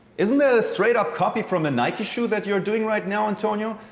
isn't that a straight up copy from a nike shoe that you're doing right now, antonio?